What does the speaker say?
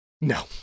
No